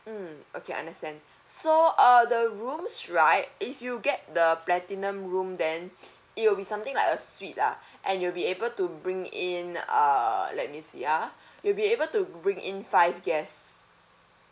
mm okay understand so uh the rooms right if you get the platinum room then it will be something like a suite lah and you'll be able to bring in err let me see ah you'll be able to bring in five guests